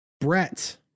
Brett